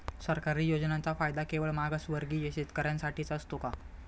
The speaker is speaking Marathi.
सरकारी योजनांचा फायदा केवळ मागासवर्गीय शेतकऱ्यांसाठीच असतो का?